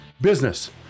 business